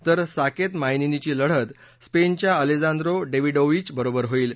तर साकेत मायनेनीची लढत स्पेनच्या अलेजांद्रो डेविडोविच बरोबर होईल